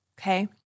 Okay